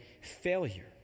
failure